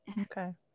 Okay